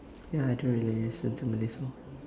ya I don't really listen to malay song